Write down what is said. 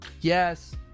yes